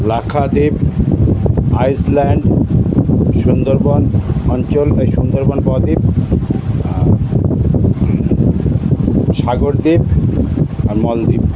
Lakshadweep Iceland Sundarban অঞ্চল বা সুন্দরবন বদ্বীপ সাগরদ্বীপ আর মালদ্বীপ